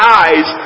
eyes